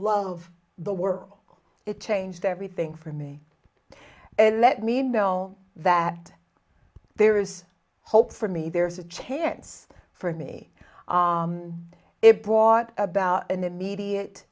love the work it changed everything for me and let me know that there is hope for me there's a chance for me it brought about an immediate